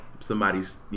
somebody's